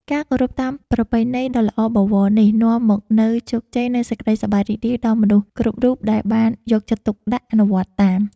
ការគោរពតាមប្រពៃណីដ៏ល្អបវរនេះនាំមកនូវជោគជ័យ និងសេចក្តីសប្បាយរីករាយដល់មនុស្សគ្រប់រូបដែលបានយកចិត្តទុកដាក់អនុវត្តតាម។